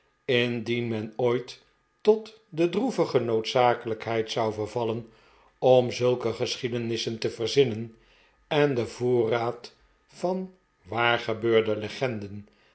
indien men ooit tot de droevige noodzakelijkheid zou vervallen om zulke geschiederiissen te verzinnen en de voorraad van waar gebeurde legenden